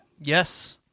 Yes